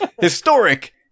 historic